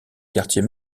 quartier